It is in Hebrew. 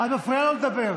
את מפריעה לו לדבר.